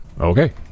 Okay